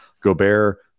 Gobert